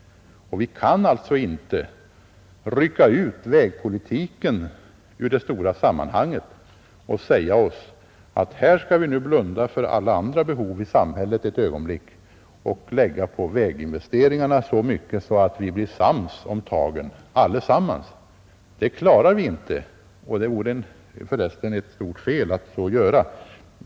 Vi kan alltså inte rycka ut vägpolitiken ur det stora sammanhanget och säga att vi skall blunda för alla andra behov i samhället ett ögonblick och lägga så mycket på väginvesteringarna att vi blir ense om tagen allesammans, Det klarar vi inte, och det vore förresten ett stort fel att göra så.